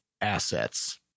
assets